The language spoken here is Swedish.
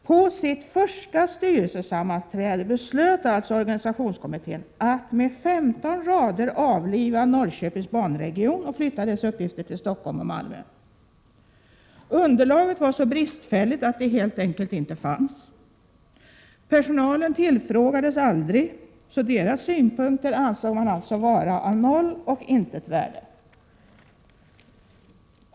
På sitt första sammanträde beslöt alltså organisationskommittén att med 15 rader avliva Norrköpings banregion och flytta dess uppgifter till Stockholm och Malmö. Underlaget var så bristfälligt att det helt enkelt inte fanns. Personalen tillfrågades aldrig, så dess synpunkter ansåg man alltså vara av noll och intet värde.